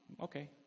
okay